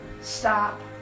stop